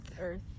earth